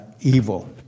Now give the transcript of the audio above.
Evil